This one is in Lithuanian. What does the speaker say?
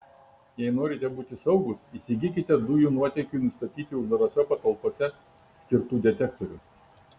jei norite būti saugūs įsigykite dujų nuotėkiui nustatyti uždarose patalpose skirtų detektorių